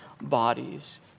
bodies